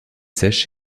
seiches